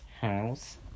house